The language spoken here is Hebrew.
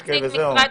הם בצו אחר,